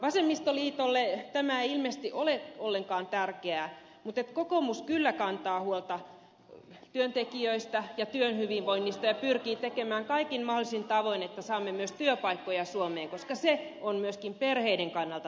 vasemmistoliitolle tämä ei ilmeisesti ole ollenkaan tärkeää mutta kokoomus kyllä kantaa huolta työntekijöistä ja työhyvinvoinnista ja pyrkii kaikin mahdollisin tavoin siihen että saamme myös työpaikkoja suomeen koska se on myöskin perheiden kannalta tärkeää